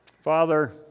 Father